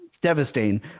devastating